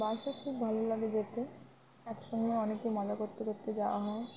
বাসে খুব ভালো লাগে যেতে একসঙ্গে অনেকে মজা করতে করতে যাওয়া হয়